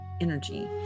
energy